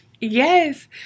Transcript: Yes